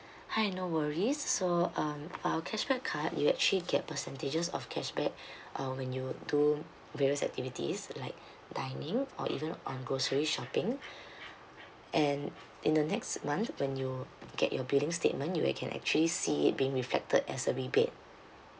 hi no worries so um our cashback card you actually get percentages of cashback uh when you do various activities like dining or even on grocery shopping and in the next month when you get your billing statement you ac~ can actually see it being reflected as a rebate